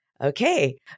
okay